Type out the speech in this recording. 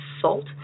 salt